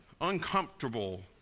uncomfortable